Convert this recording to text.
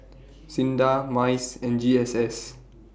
SINDA Mice and G S S